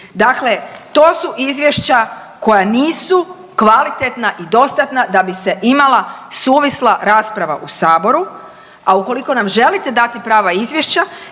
Dakle, to su izvješća koja nisu kvalitetna i dostatna da bi se imala suvisla rasprava u Saboru, a ukoliko nam želite dati prava izvješća